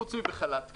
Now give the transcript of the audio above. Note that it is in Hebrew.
חוץ מבחל"ת כמובן,